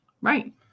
Right